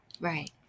Right